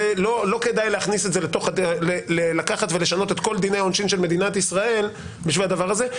לא כדאי לקחת ולשנות את כל דיני העונשין של מדינת ישראל בשביל הדבר הזה.